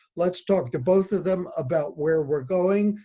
let's talk to both of them about where we're going.